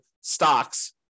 stocks